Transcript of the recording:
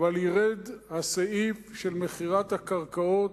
אבל ירד הסעיף של מכירת הקרקעות.